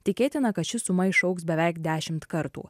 tikėtina kad ši suma išaugs beveik dešimt kartų